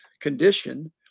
condition